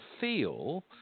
feel